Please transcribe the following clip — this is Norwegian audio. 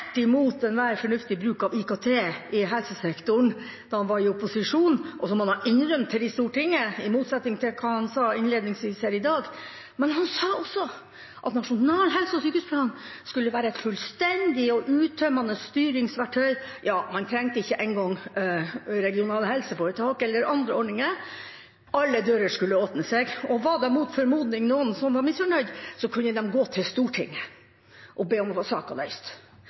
imot enhver fornuftig bruk av IKT i helsesektoren da han var i opposisjon – som han har innrømt her i Stortinget, i motsetning til hva han sa innledningsvis i dag – men han sa også at Nasjonal helse- og sykehusplan skulle være et fullstendig og uttømmende styringsverktøy, ja man trengte ikke engang regionale helseforetak eller andre ordninger. Alle dører skulle åpne seg, og var det mot formodning noen som var misfornøyd, kunne de gå til Stortinget og be om å få